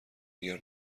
دیگر